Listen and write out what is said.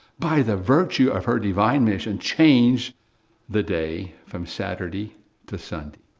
by the virtue of her divine mission, changed the day from saturday to sunday.